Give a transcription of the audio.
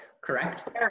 correct